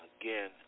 Again